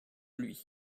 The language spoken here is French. lui